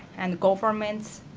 and governments,